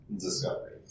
Discovery